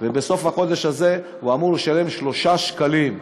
ובסוף החודש הזה הוא אמור לשלם 3 שקלים.